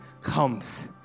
comes